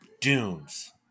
Dunes